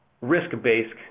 risk-based